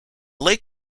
lake